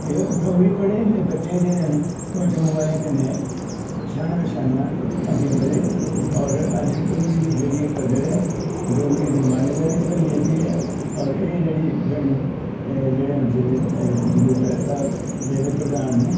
ते डोगरी पढ़े बच्चे जेह्ड़े न ओह् जम्मू आह्लें कन्नै शाना बिशाना अग्गें बधे होर अज्ज डोगरी दी जेह्ड़ी कदर ऐ डोगरी दी मान्यता बी थ्होई गेदी ऐ होर एह् जेह्ड़ी बनी जेह्ड़े जेह्दे मगोत्रा साह्ब जेह्दे प्रधान न